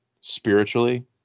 spiritually